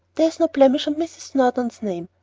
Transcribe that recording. there is no blemish on mrs. snowdon's name,